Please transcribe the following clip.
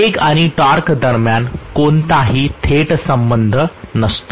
वेग आणि टॉर्क दरम्यान कोणताही थेट संबंध नसतो